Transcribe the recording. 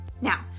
Now